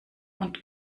und